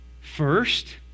First